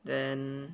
then